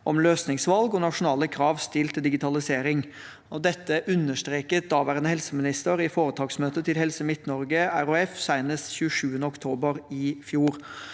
om løsningsvalg og nasjonale krav stilt til digitalisering. Dette understreket daværende helseminister i foretaksmøtet til Helse MidtNorge RHF senest 27. oktober i fjor.